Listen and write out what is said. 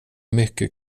mycket